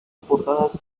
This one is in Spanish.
portadas